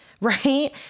right